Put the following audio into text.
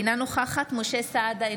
אינה נוכחת משה סעדה,